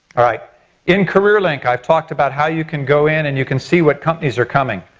alright in career link i've talked about how you can go in and you can see what companies are coming.